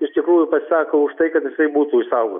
iš tikrųjų pasisako už tai kad tai jisai būtų išsaugo